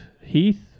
Heath